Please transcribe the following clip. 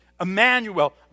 Emmanuel